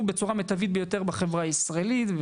בצורה מיטבית ביותר בחברה הישראלית,